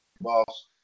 boss